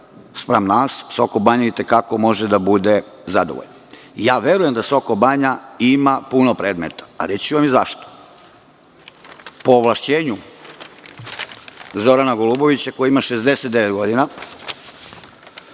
spram nas Sokobanja i te kako može da bude zadovoljna. Verujem da Sokobanja ima puno predmeta. Reći ću vam i zašto. Po ovlašćenju Zorana Golubovića, koji ima 69 godina,